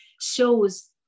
shows